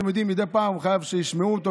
מדי פעם הוא חייב שישמעו אותו,